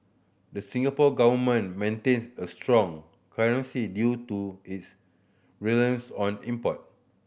the Singapore Government maintains a strong currency due to its reliance on import